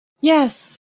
yes